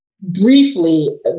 Briefly